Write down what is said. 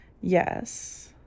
Yes